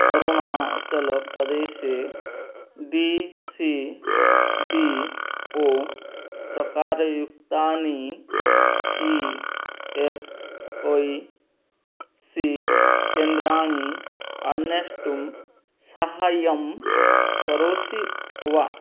अरुणाचलप्रदेशे D C B O प्रकारयुक्तानि E S I C केन्द्रानि अन्वेष्टुं साहाय्यं करोषि वा